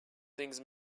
things